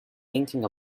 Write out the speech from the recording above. thinking